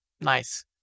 Nice